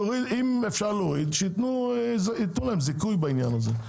אם אפשר להוריד שייתנו להם זיכוי בעניין הזה,